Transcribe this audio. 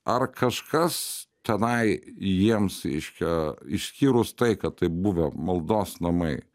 ar kažkas tenai jiems reiškia išskyrus tai kad tai buvę maldos namai